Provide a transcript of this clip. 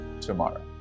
tomorrow